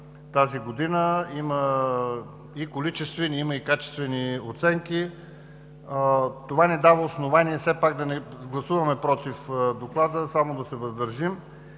тази година. Има и количествени, има и качествени оценки. Това ни дава основание все пак да не гласуваме „против“ Доклада – само да се въздържим.